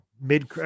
mid